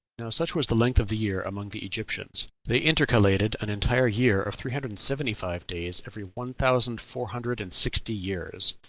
now such was the length of the year among the egyptians they intercalated an entire year of three hundred and seventy-five days every one thousand four hundred and sixty years.